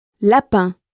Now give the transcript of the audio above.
lapin